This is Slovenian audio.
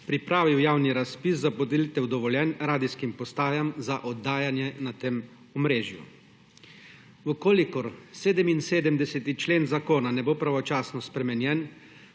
pripravil javni razpis za podelitev dovoljenj radijskim postajam za oddajanje na tem omrežju. V kolikor 77. člen zakona ne bo pravočasno spremenjen,